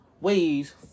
ways